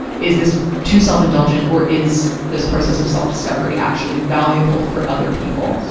is this too self-indulgent or is this process of self-discovery actually valuable for other people.